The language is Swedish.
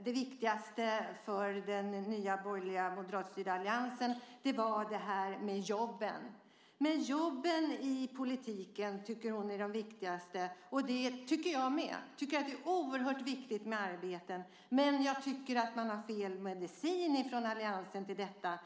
det viktigaste för den nya borgerliga moderatstyrda alliansen var jobben. Jobben i politiken tycker hon är viktigast. Det tycker jag med. Jag tycker att det är oerhört viktigt med arbeten, men jag tycker att man har fel medicin från alliansen när det gäller detta.